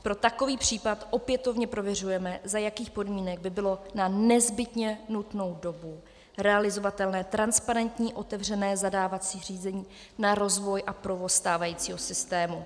Pro takový případ opětovně prověřujeme, za jakých podmínek by bylo na nezbytně nutnou dobu realizovatelné transparentní otevřené zadávací řízení na rozvoj a provoz stávajícího systému.